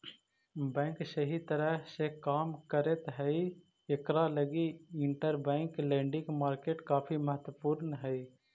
bank सही तरह से काम करैत हई इकरा लगी इंटरबैंक लेंडिंग मार्केट काफी महत्वपूर्ण हई